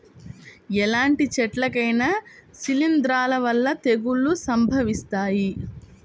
ఎలాంటి చెట్లకైనా శిలీంధ్రాల వల్ల తెగుళ్ళు సంభవిస్తాయి